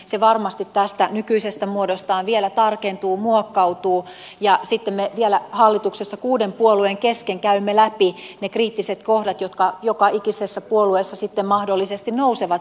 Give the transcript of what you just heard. se varmasti tästä nykyisestä muodostaan vielä tarkentuu muokkautuu ja sitten me vielä hallituksessa kuuden puolueen kesken käymme läpi ne kriittiset kohdat jotka joka ikisessä puolueessa sitten mahdollisesti nousevat sellaisiksi